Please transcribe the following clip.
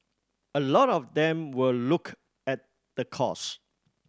a lot of them will look at the cost